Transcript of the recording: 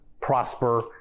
prosper